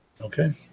Okay